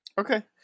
Okay